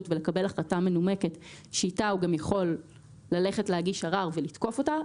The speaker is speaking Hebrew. ולקבל החלטה מנומקת אתה הוא גם יכול ללכת להגיש ערר ולתקוף אותה.